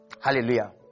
Hallelujah